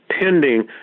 pending